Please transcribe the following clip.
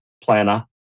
planner